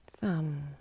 thumb